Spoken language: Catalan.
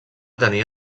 tenir